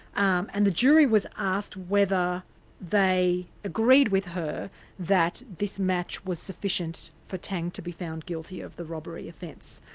um and the jury was asked whether they agreed with her that this match was sufficient for tang to be found guilty of the robbery offence.